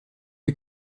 les